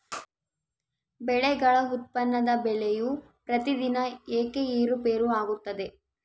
ಬೆಳೆಗಳ ಉತ್ಪನ್ನದ ಬೆಲೆಯು ಪ್ರತಿದಿನ ಏಕೆ ಏರುಪೇರು ಆಗುತ್ತದೆ?